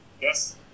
Yes